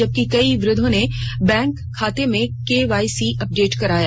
जबकि कई वृद्वों ने बैंक खाता में के वाई सी अपडेट कराया